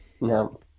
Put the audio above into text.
No